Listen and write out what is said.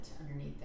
underneath